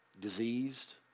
diseased